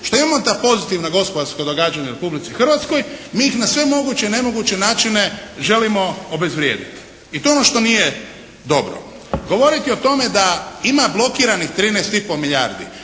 što imamo ta pozitivna gospodarska događanja u Republici Hrvatskoj mi ih na sve moguće i nemoguće načine želimo obezvrijediti i to je ono što nije dobro. Govoriti o tome da ima blokiranih 13 i pol milijardi,